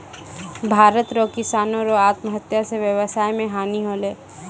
भारत रो किसानो रो आत्महत्या से वेवसाय मे हानी होलै